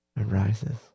arises